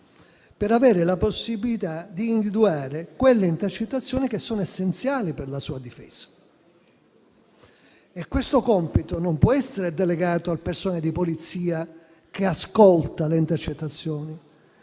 per avere la possibilità di individuare le intercettazioni essenziali per la sua difesa. Questo compito non può essere delegato al personale di polizia che ascolta le intercettazioni,